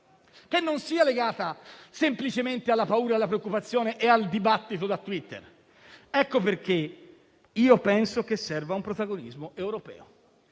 non legata semplicemente alla paura, alla preoccupazione e al dibattito da Twitter. Ecco perché penso che serva un protagonismo europeo.